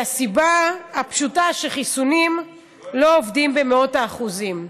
מהסיבה הפשוטה שחיסונים לא עובדים במאת האחוזים.